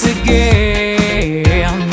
again